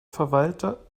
verwalter